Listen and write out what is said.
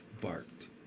barked